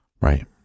right